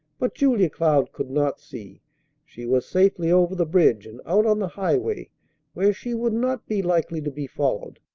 but julia cloud could not see she was safely over the bridge and out on the highway where she would not be likely to be followed,